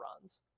runs